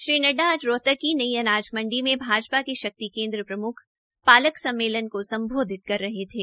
श्री नड्डा आज रोहतक की नई अनाज मंडी में भाजपा के शक्ति केंद्र प्रम्ख पालक सम्मेलन को संबोधित कर रहे थे